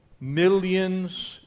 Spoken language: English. Millions